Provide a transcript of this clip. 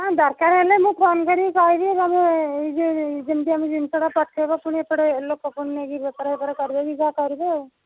ହଁ ଦରକାର ହେଲେ ମୁଁ ଫୋନ୍ କରିକି କହିବି ତମେ ଯେମତି ହେଲେ ଜିନଷଟା ପଠେଇବ ପୁଣି ଏପଟେ ଲୋକମାନେ ନେଇକି ବେପାର ଫେପାର କରିବେକି ଯାହା କରିବେ